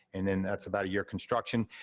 and then that's about a year construction.